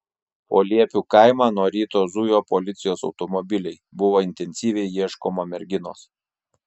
po liepių kaimą nuo ryto zujo policijos automobiliai buvo intensyviai ieškoma merginos